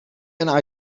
een